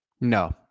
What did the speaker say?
No